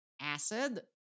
Acid